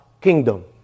kingdom